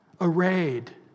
arrayed